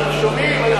אנחנו שומעים.